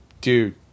dude